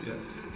Yes